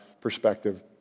perspective